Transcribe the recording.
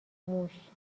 موش